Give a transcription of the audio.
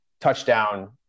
touchdown